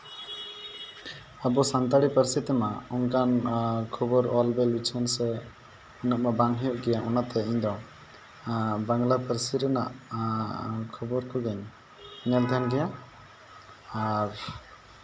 ᱟᱵᱚ ᱥᱟᱱᱛᱟᱲᱤ ᱯᱟᱹᱨᱥᱤ ᱛᱮᱢᱟ ᱚᱱᱠᱟᱱ ᱠᱷᱚᱵᱚᱨ ᱚᱞᱵᱤᱞ ᱤᱪᱷᱟᱹᱱ ᱥᱮ ᱚᱱᱟ ᱢᱟ ᱵᱟᱝ ᱦᱩᱭᱩᱜ ᱜᱮᱭᱟ ᱚᱱᱟᱛᱮ ᱤᱧᱫᱚ ᱵᱟᱝᱞᱟ ᱯᱟᱹᱨᱥᱤ ᱨᱮᱱᱟᱜ ᱠᱷᱚᱵᱚᱨ ᱠᱚᱜᱮᱧ ᱧᱮᱞ ᱛᱟᱦᱮᱱ ᱜᱮᱭᱟ ᱟᱨ